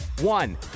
One